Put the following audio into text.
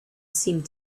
seemed